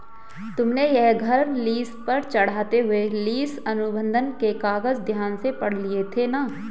तुमने यह घर लीस पर चढ़ाते हुए लीस अनुबंध के कागज ध्यान से पढ़ लिए थे ना?